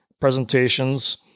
presentations